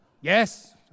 yes